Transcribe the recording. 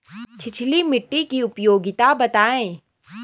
छिछली मिट्टी की उपयोगिता बतायें?